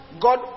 God